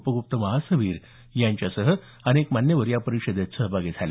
उपग्रप्त महास्तवीर यांच्यासह अनेक मान्यवर या परिषदेत सहभागी झाले